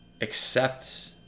accept